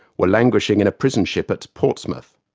were languishing in a prison ship at portsmouth.